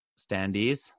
standees